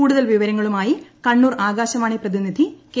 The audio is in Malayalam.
കൂടുതൽ വിവരങ്ങളുമായി കണ്ണൂർ ആകാശവാണി പ്രതിനിധി കെ